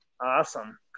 Awesome